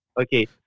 Okay